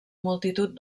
multitud